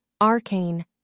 arcane